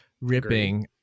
ripping